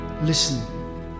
Listen